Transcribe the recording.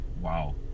wow